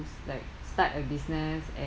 to like start a business